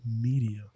media